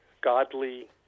godly